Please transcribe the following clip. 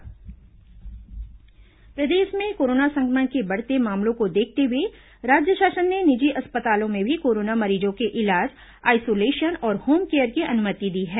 corona निजी अस्पताल प्रदेश में कोरोना सं क्र मण के बढ़ते मामलों को देखते हुए राज्य शासन ने निजी अस्पतालों में भी कोरोना मरीजों के इलाज आइसोलेशन और होम केयर की अनुमति दी है